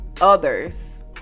others